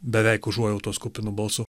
beveik užuojautos kupinu balsu